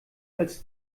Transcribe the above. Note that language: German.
als